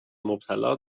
مبتلا